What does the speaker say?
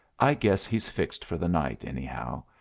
i guess he's fixed for the night, anyhow,